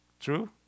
True